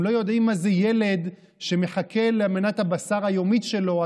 הם לא יודעים מה זה ילד שמחכה למנת הבשר היומית שלו או